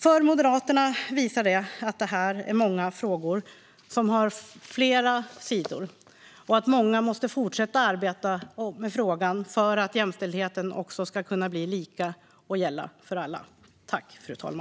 För Moderaterna visar det att detta är en fråga som har flera sidor och att många måste fortsätta att arbeta med frågan för att jämställdheten ska kunna bli lika och gälla för alla.